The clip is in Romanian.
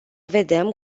vedem